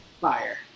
Fire